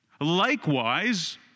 Likewise